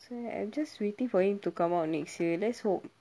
so ya I'm just waiting for him to come out next year let's hope